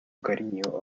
cariño